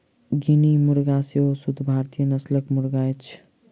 guinea मुर्गा सेहो शुद्ध भारतीय नस्लक मुर्गा अछि